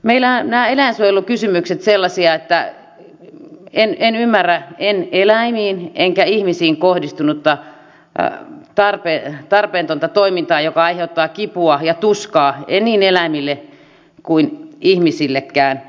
meillä nämä eläinsuojelukysymykset ovat sellaisia että en ymmärrä eläimiin enkä ihmisiin kohdistunutta tarpeetonta toimintaa joka aiheuttaa kipua ja tuskaa en eläimille enkä ihmisillekään